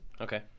Okay